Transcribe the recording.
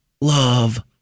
love